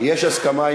יש הסכמה,